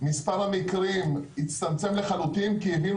מספר המקרים הצטמצם לחלוטין כי הבינו